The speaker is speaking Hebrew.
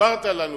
סיפרת לנו